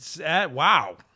Wow